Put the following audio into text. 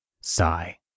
Sigh